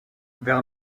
vers